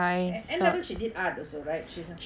at N level she did art also right she's a